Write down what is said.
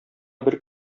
бер